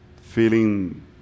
feeling